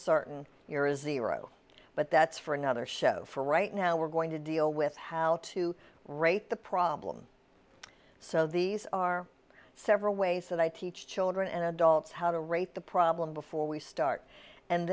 certain your is the row but that's for another show for right now we're going to deal with how to rate the problem so these are several ways that i teach children and adults how to rate the problem before we start and